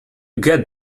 get